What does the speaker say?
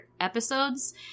episodes